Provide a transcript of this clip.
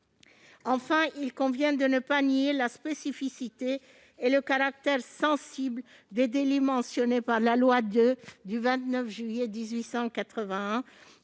Enfin, il convient de ne pas nier la spécificité et le caractère sensible des délits mentionnés par la loi du 29 juillet 1881,